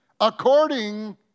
according